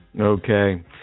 Okay